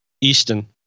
Easton